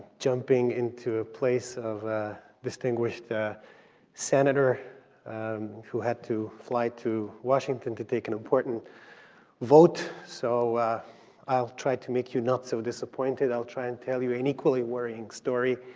jumping into a place of a distinguished senator who had to fly to washington to take an important vote, so i'll try to make you not so disappointed. i'll try and tell you an equally worrying story,